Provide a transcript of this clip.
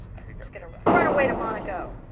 just going to run away to monaco.